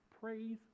Praise